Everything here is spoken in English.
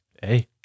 hey